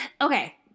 okay